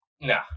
Nah